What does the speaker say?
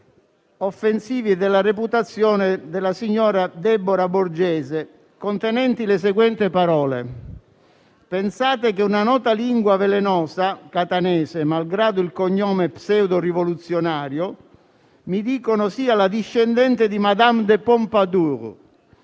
offensivi della reputazione della signora Debora Borgese, contenenti le seguenti parole: «Pensate che una nota lingua velenosa catanese, malgrado il cognome pseudo rivoluzionario, mi dicono sia la discendente di Madame de Pompadour»,